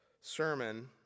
sermon